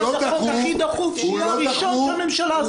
זה החוק הכי דחוף שיהיה הראשון בממשלה הזאת?